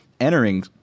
entering